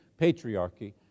patriarchy